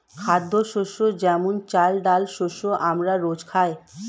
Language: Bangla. খাদ্যশস্য যেমন চাল, ডাল শস্য আমরা রোজ খাই